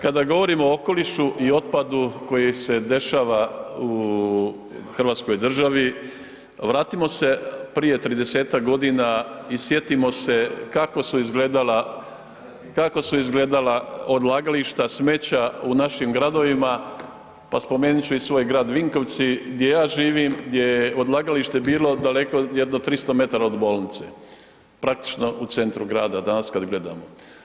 Kada govorimo o okolišu i otpadu koji se dešava u hrvatskoj državi vratimo se prije 30.g. i sjetimo se kako su izgledala, kako su izgledala odlagališta smeća u našim gradovima, pa spomenut ću i svoj grad Vinkovci gdje ja živim, gdje je odlagalište bilo daleko, jedno 300 metara od bolnice, praktično u centru grada danas kad gledamo.